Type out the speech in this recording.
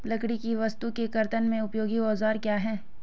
लकड़ी की वस्तु के कर्तन में उपयोगी औजार क्या हैं?